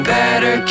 better